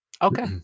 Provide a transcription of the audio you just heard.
Okay